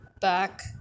back